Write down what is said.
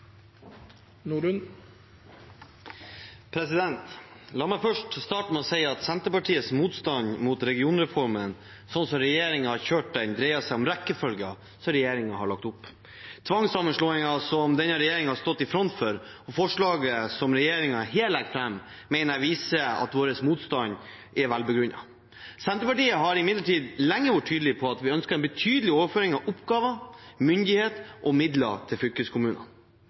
skattene. La meg starte med å si at Senterpartiets motstand mot regionreformen slik regjeringen har kjørt den, dreier seg om rekkefølgen som regjeringen har lagt opp. Tvangsammenslåingen som denne regjeringen har stått i front for, og forslaget som regjeringen her legger fram, mener jeg viser at vår motstand er velbegrunnet. Senterpartiet har imidlertid lenge vært tydelig på at vi ønsker en betydelig overføring av oppgaver, myndighet og midler til fylkeskommunene.